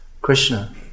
Krishna